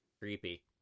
creepy